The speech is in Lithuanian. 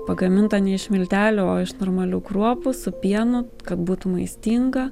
pagamintą ne iš miltelių o iš normalių kruopų su pienu kad būtų maistinga